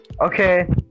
Okay